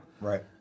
Right